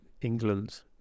England